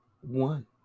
one